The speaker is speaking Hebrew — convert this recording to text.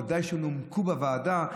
בוודאי אלה שנומקו בוועדה,